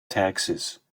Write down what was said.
taxes